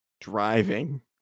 driving